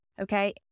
Okay